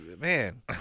Man